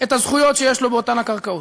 את הזכויות שיש לו באותן הקרקעות.